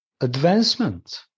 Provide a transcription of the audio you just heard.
advancement